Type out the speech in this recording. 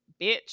Bitch